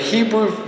Hebrew